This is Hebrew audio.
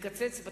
לקצץ בתקציב?